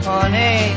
Honey